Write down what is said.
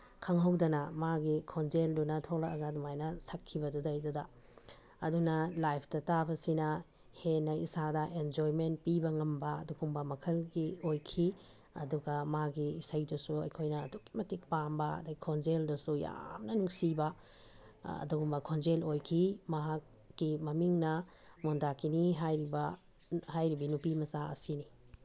ꯈꯪꯍꯧꯗꯅ ꯃꯥꯒꯤ ꯈꯣꯟꯖꯦꯜꯗꯨꯅ ꯊꯣꯛꯂꯛꯑꯒ ꯑꯗꯨꯃꯥꯏꯅ ꯁꯛꯈꯤꯕꯗꯨꯗꯩꯗꯨꯗ ꯑꯗꯨꯅ ꯂꯥꯏꯞꯇ ꯇꯥꯕꯁꯤꯅ ꯍꯦꯟꯅ ꯏꯁꯥꯗ ꯑꯦꯟꯖꯣꯏꯃꯦꯟ ꯄꯤꯕ ꯉꯝꯕ ꯑꯗꯨꯒꯨꯝꯕ ꯃꯈꯜꯒꯤ ꯑꯣꯏꯈꯤ ꯑꯗꯨꯒ ꯃꯥꯒꯤ ꯏꯁꯩꯗꯨꯁꯨ ꯑꯩꯈꯣꯏꯅ ꯑꯗꯨꯛꯀꯤ ꯃꯇꯤꯛ ꯄꯥꯝꯕ ꯑꯗꯩ ꯈꯣꯟꯖꯦꯜꯗꯨꯁꯨ ꯌꯥꯝꯅ ꯅꯨꯡꯁꯤꯕ ꯑꯗꯨꯒꯨꯝꯕ ꯈꯣꯟꯖꯦꯜ ꯑꯣꯏꯈꯤ ꯃꯍꯥꯛꯀꯤ ꯃꯃꯤꯡꯅ ꯃꯟꯗꯥꯀꯤꯅꯤ ꯍꯥꯏꯔꯤꯕꯤ ꯅꯨꯄꯤꯃꯆꯥ ꯑꯁꯤꯅꯤ